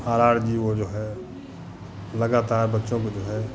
are R ji वह जो है लगातार बच्चों को जो है